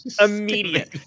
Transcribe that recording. Immediate